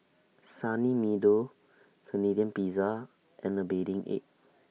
Sunny Meadow Canadian Pizza and A Bathing Ape